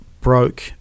broke